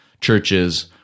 churches